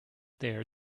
there